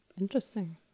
interesting